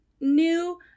new